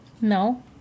No